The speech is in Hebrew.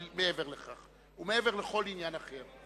אבל מעבר לכך ומעבר לכל עניין אחר,